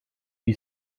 wie